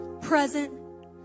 present